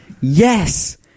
Yes